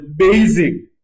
amazing